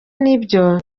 nibyo